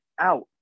out